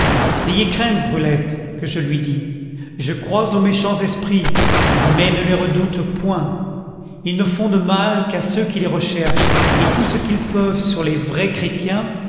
n'ayez crainte brulette que je lui dis je crois aux méchants esprits mais ne les redoute point ils ne font de mal qu'à ceux qui les recherchent et tout ce qu'ils peuvent sur les vrais chrétiens